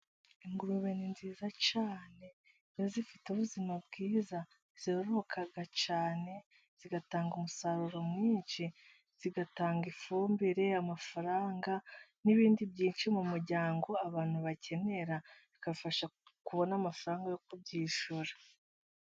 Ingurube ni nziza cyane, iyo zifite ubuzima bwiza zirororoka cyane, zigatanga umusaruro mwinshi, zigatanga ifumbire, amafaranga, n'ibindi byinshi mu muryango abantu bakenera, bigafasha kubona amafaranga yo kubyihishura.